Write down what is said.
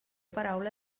paraula